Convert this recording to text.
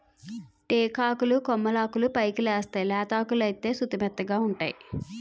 టేకాకులు కొమ్మలాకులు పైకెలేస్తేయ్ లేతాకులైతే సుతిమెత్తగావుంటై